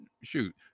shoot